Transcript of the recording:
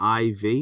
IV